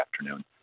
afternoon